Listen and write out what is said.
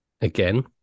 Again